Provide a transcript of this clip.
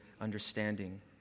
understanding